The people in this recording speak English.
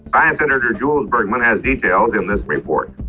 science editor jules bergman has details in this report.